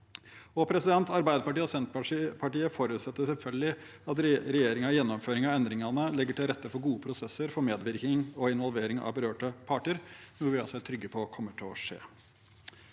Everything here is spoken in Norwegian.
Arbeiderpartiet og Senterpartiet forutsetter selvfølgelig at regjeringen i gjennomføringen av endringene legger til rette for gode prosesser for medvirkning og involvering av berørte parter, noe vi også er trygge på at kommer til å skje.